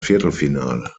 viertelfinale